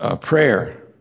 prayer